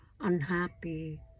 unhappy